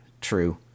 true